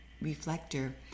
reflector